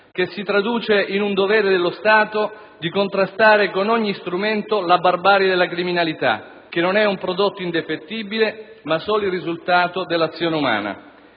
che si traduce in un dovere dello Stato di contrastare con ogni strumento la barbarie della criminalità, che non è un prodotto indefettibile, ma solo il risultato dell'azione umana.